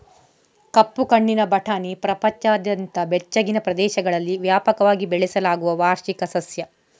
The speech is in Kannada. ಕಪ್ಪು ಕಣ್ಣಿನ ಬಟಾಣಿ ಪ್ರಪಂಚದಾದ್ಯಂತ ಬೆಚ್ಚಗಿನ ಪ್ರದೇಶಗಳಲ್ಲಿ ವ್ಯಾಪಕವಾಗಿ ಬೆಳೆಸಲಾಗುವ ವಾರ್ಷಿಕ ಸಸ್ಯ